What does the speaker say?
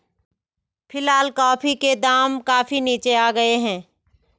फिलहाल कॉफी के दाम काफी नीचे आ गए हैं